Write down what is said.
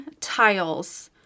tiles